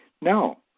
No